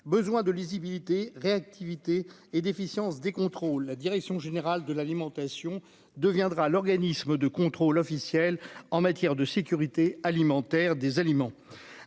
besoins de lisibilité réactivité et efficience des contrôles, la direction générale de l'alimentation deviendra l'organisme de contrôle officiel en matière de sécurité alimentaire des aliments